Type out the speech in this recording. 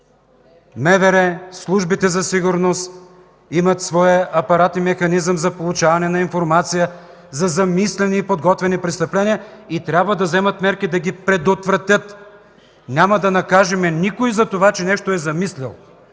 МВР, службите за сигурност имат своя апарат и механизъм за получаване на информация за замисляни и подготвяни престъпления и трябва да вземат мерки да ги предотвратят. Няма да накажем никой за това, че нещо е замислял,